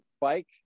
bike